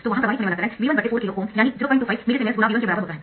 तो वहां प्रवाहित होने वाला करंट V1 4 KΩ यानी 025 मिलीसीमेंस × V1 के बराबर होता है